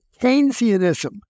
Keynesianism